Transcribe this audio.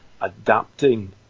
adapting